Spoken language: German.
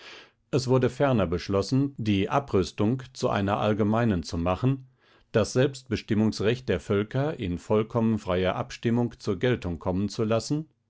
es wurde ferner beschlossen die abrüstung zu einer allgemeinen zu machen das selbstbestimmungsrecht der völker in vollkommen freier abstimmung zur geltung kommen zu lassen